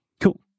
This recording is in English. Cool